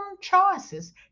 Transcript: choices